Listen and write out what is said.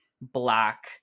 black